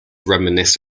reminisce